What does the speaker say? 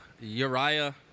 Uriah